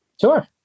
Sure